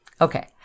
Okay